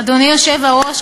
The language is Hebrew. אדוני היושב-ראש,